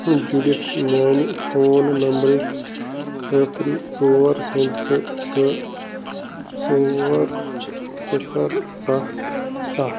جُڈِتھ میٛانہِ فون نمبرٕکۍ ٲخری ژور ہِنٛدسہٕ چھِ ژور صفر سَتھ اکھ